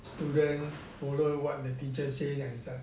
student follow what the teacher say